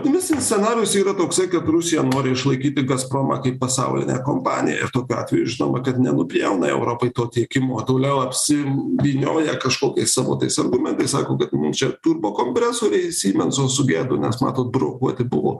optimistinis scenarijus yra toksai kad rusija nori išlaikyti gazpromą kaip pasaulinę kompaniją ir tokiu atveju žinoma kad nenupjauna europai to tiekimo toliau apsivynioja kažkokiais savo tais argumentais sako kad mum čia turbokompresoriai symenso sugedo nes matot brokuoti buvo